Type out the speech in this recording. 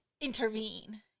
intervene